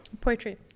Poetry